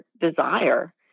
desire